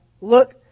Look